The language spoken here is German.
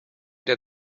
der